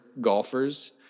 golfers